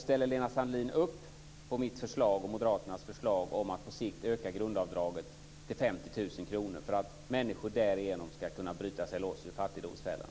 Ställer Lena Sandlin-Hedman upp på mitt och moderaternas förslag om att på sikt öka grundavdraget till 50 000 kr för att människor därigenom ska kunna bryta sig loss ur fattigdomsfällan?